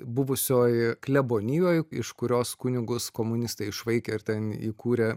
buvusioj klebonijoj iš kurios kunigus komunistai išvaikė ir ten įkūrė